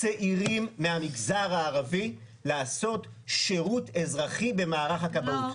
צעירים מהמגזר הערבי לעשות שירות אזרחי במערך הכבאות?